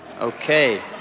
Okay